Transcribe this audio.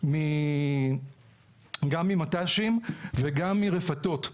גם ממט"שים וגם מרפתות,